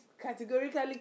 categorically